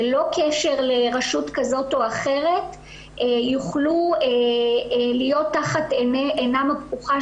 ללא קשר לרשות כזאת או אחרת יוכלו להיות תחת עינם הפקוחה